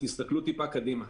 תסתכלו טיפה קדימה.